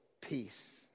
Peace